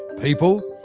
people,